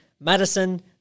Madison